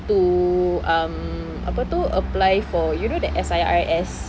to um apa tu apply for you know the S_I_R_S